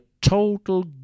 total